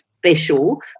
special